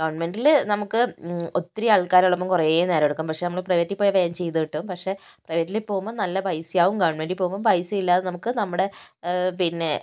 ഗവണ്മെന്റില് നമുക്ക് ഒത്തിരി ആള്ക്കാരുള്ളപ്പോൾ കുറെ നേരം എടുക്കും പക്ഷേ നമ്മള് പ്രൈവറ്റിൽ പോയാൽ വേഗം ചെയ്തു കിട്ടും പക്ഷേ പ്രൈവറ്റില് പോകുമ്പോൾ നല്ല പൈസയാവും ഗവണ്മെന്റിൽ പോകുമ്പോൾ പൈസയില്ലാതെ നമുക്ക് നമ്മുടെ പിന്നേ